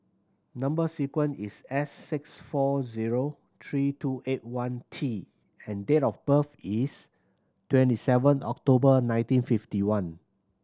number sequence is S six four zero three two eight one T and date of birth is twenty seven October nineteen fifty one